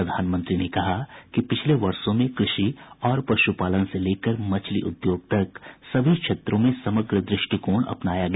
प्रधानमंत्री ने कहा कि पिछले वर्षो में कृषि और पशुपालन से लेकर मछली उद्योग तक सभी क्षेत्रों में समग्र द्रष्टिकोण अपनाया गया